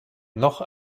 noch